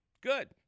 Good